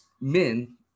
men